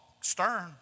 stern